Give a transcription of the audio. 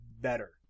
better